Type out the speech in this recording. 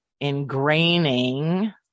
ingraining